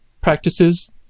practices